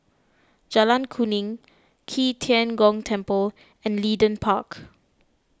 Jalan Kuning Qi Tian Gong Temple and Leedon Park